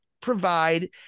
provide